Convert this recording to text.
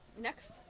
next